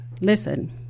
Listen